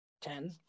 ten